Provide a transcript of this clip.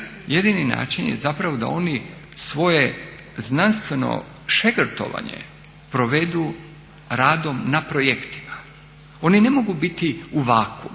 jedini način je zapravo da oni svoje znanstveno šegrtovanje provedu radom na projektima. Oni ne mogu biti u vakuumu.